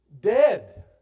dead